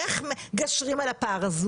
איך מגשרים על הפער הזה